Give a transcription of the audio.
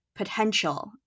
potential